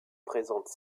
présente